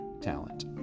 talent